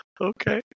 Okay